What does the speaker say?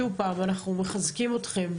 אנחנו מחזקים אתכם.